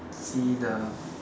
see the